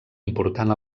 important